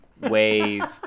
wave